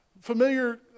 familiar